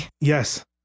Yes